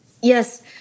Yes